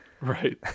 Right